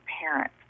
parents